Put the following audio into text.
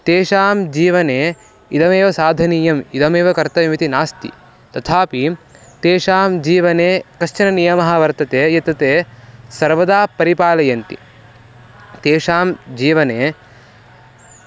तेषां जीवने इदमेव साधनीयम् इदमेव कर्तव्यम् इति नास्ति तथापि तेषां जीवने कश्चन नियमः वर्तते यत् ते सर्वदा परिपालयन्ति तेषां जीवने